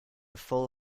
full